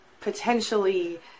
potentially